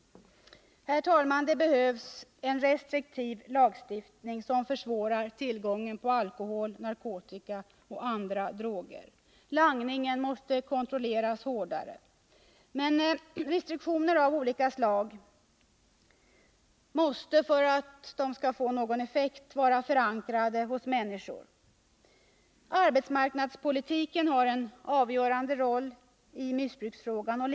Herr talman! Det behövs en restriktiv lagstiftning som gör det svårare att få tillgång till alkohol, narkotika och andra droger. Langningen måste kontrolleras hårdare. Men restriktioner av olika slag måste, för att de skall få någon effekt, vara förankrade hos människor. Arbetsmarknadspolitiken har en avgörande roll när det gäller missbruk.